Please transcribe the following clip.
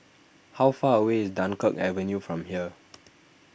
how far away is Dunkirk Avenue from here